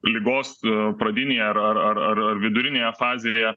ligos pradinėje ar ar ar ar vidurinėje fazėje